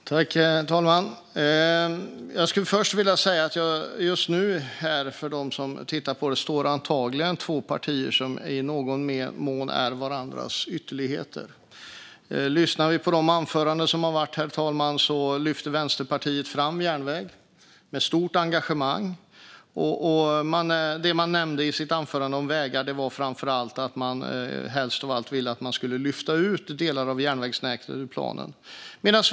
Herr talman! Jag skulle först vilja säga att för dem som just nu tittar på det här är det två partier som antagligen i någon mån är varandras ytterligheter som står här. I de anföranden som har hållits här har Vänsterpartiet lyft fram järnvägen med stort engagemang. Det man nämnde om vägar i sitt anförande var framför allt att man helst av allt vill lyfta ut delar av järnvägsnätet ur planen.